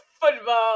football